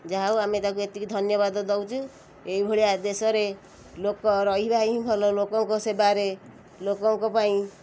ଯାହା ହଉ ଆମେ ତାକୁ ଏତିକି ଧନ୍ୟବାଦ ଦଉଛୁ ଏଇ ଭଳିଆ ଦେଶରେ ଲୋକ ରହିବା ହିଁ ଭଲ ଲୋକଙ୍କ ସେବାରେ ଲୋକଙ୍କ ପାଇଁ